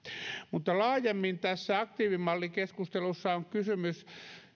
mutta laajemmin tässä aktiivimallikeskustelussa on kysymys